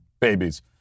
babies